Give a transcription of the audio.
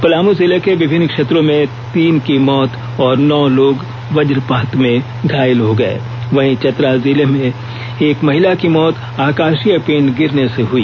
पलामू जिले के विभिन्न क्षेत्रों में तीन की मौत और नौ लोग वजपात में घायल हो गए वहीं चतरा जिले के हंटरगंज में एक महिला की मौत आकाशीय पिंड गिरने से हई